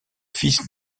fils